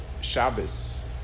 shabbos